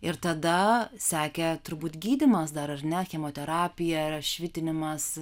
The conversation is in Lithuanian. ir tada sekė turbūt gydymas dar ar ne chemoterapija švitinimas